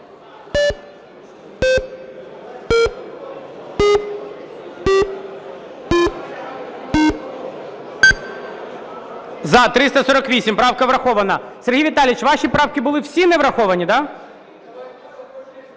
За-348 Правка врахована. Сергій Віталійович, ваші правки були всі не враховані, да?